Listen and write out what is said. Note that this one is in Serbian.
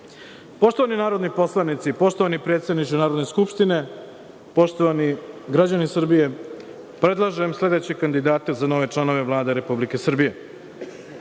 narodni poslanici, poštovani predsedniče Narodne skupštine, poštovani građani Srbije, predlažem sledeće kandidate za nove članove Vlade Republike Srbije: